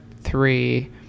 three